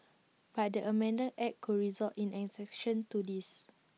but the amended act could result in an exception to this